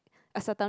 a certain